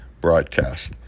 broadcast